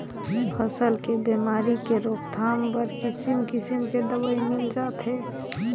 फसल के बेमारी के रोकथाम बर किसिम किसम के दवई मिल जाथे